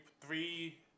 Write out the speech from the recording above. three